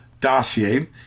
dossier